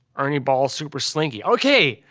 ernie balls super slinky. okay!